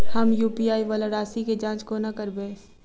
हम यु.पी.आई वला राशि केँ जाँच कोना करबै?